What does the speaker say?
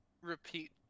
repeat